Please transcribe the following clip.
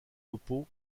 repos